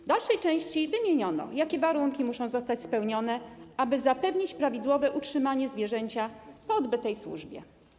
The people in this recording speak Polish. W dalszej części wymieniono, jakie warunki muszą zostać spełnione, aby zapewnić prawidłowe utrzymanie zwierzęcia po odbytej służbie.